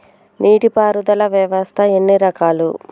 నీటి పారుదల వ్యవస్థ ఎన్ని రకాలు?